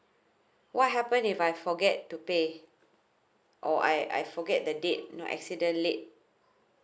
what happen if I forget to pay or I I forget the date you know exceed the late